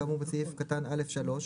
כאמור בסעיף קטן (א)(3),